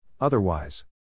Otherwise